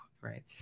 right